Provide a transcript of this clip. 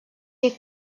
est